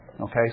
Okay